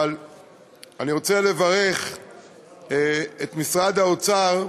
אבל אני רוצה לברך את משרד האוצר,